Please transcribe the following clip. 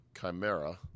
chimera